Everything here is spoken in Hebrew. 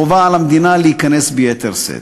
חובה על המדינה להיכנס ביתר שאת.